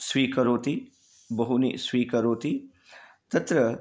स्वीकरोति बहूनि स्वीकरोति तत्र